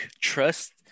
trust